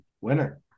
winner